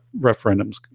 referendums